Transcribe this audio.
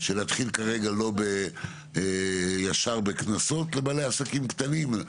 של להתחיל כרגע לא ישר בקנסות לבעלי עסקים קטנים.